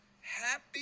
Happy